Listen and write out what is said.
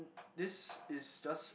this is just